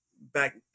back